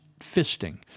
fisting